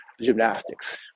gymnastics